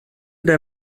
der